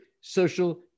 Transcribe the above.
social